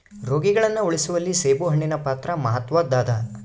ರೋಗಿಗಳನ್ನು ಉಳಿಸುವಲ್ಲಿ ಸೇಬುಹಣ್ಣಿನ ಪಾತ್ರ ಮಾತ್ವದ್ದಾದ